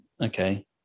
Okay